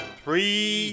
three